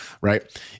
Right